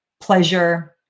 pleasure